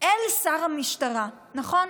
אל שר המשטרה, נכון?